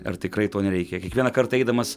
ar tikrai to nereikia kiekvieną kartą eidamas